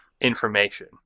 information